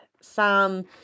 Sam